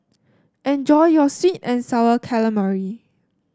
enjoy your sweet and sour calamari